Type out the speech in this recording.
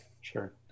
Sure